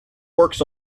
works